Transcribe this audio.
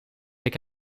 heb